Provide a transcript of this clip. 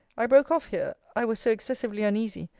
i broke off here i was so excessively uneasy,